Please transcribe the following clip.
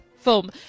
Film